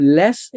less